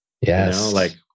Yes